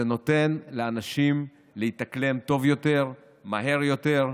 זה נותן לאנשים להתאקלם טוב יותר, מהר יותר,